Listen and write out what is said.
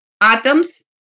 atoms